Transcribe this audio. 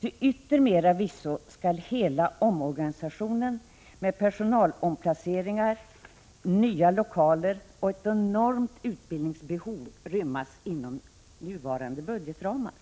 Till yttermera visso skall hela omorganisationen med personalomplaceringar, nya lokaler och ett enormt utbildningsbehov rymmas inom nuvarande budgetramar.